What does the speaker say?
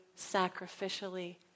sacrificially